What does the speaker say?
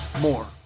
more